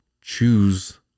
choose